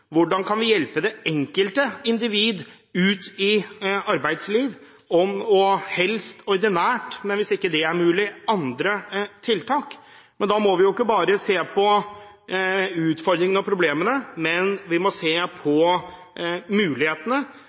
ut i arbeidslivet, helst ordinært arbeidsliv, men hvis ikke det er mulig, må vi se på andre tiltak. Vi må ikke bare se på utfordringene eller problemene, men vi må se på mulighetene,